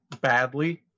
badly